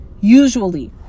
Usually